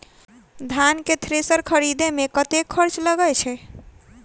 धान केँ थ्रेसर खरीदे मे कतेक खर्च लगय छैय?